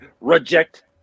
reject